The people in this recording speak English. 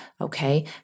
okay